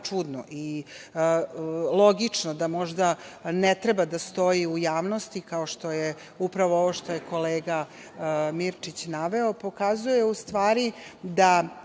čudno i logično da možda ne treba da stoji u javnosti, kao što je upravo ovo što je kolega Mirčić naveo, pokazuje u stvari da